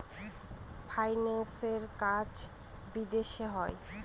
ফাইন্যান্সের কাজ বিদেশে হয়